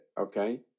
Okay